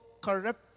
corrupt